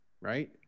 right